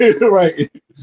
right